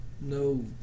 No